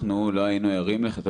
אנחנו לא היינו ערים לכך.